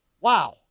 wow